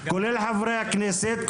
כולל חברי הכנסת,